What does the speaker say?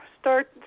Start